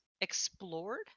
explored